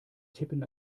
tippen